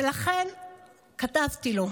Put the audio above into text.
ולכן כתבתי לו: